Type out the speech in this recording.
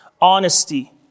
Honesty